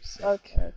Okay